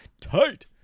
tight